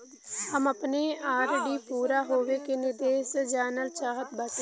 हम अपने आर.डी पूरा होवे के निर्देश जानल चाहत बाटी